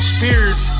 Spears